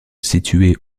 situé